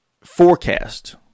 forecast